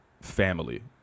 family